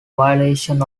violation